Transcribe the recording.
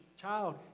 child